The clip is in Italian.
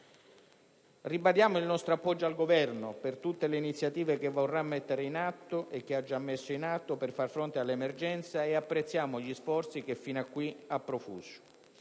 Ribadiamo il nostro appoggio al Governo per tutte le iniziative che vorrà mettere e che ha già messo in atto per far fronte all'emergenza e apprezziamo gli sforzi che fin qui ha profuso.